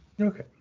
Okay